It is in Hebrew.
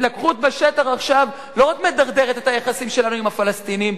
התלקחות בשטח עכשיו לא רק מדרדרת את היחסים שלנו עם הפלסטינים,